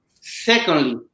Secondly